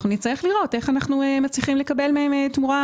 נצטרך לראות איך אנחנו מצליחים לקבל מהם תמורה טובה יותר.